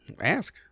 Ask